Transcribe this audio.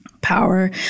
power